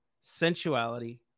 sensuality